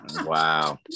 Wow